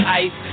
ice